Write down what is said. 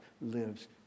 lives